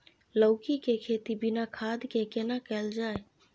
लौकी के खेती बिना खाद के केना कैल जाय?